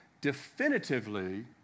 definitively